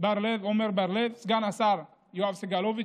עמר בר לב, סגן השר יואב סגלוביץ',